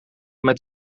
met